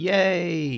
Yay! (